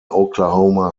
oklahoma